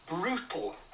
brutal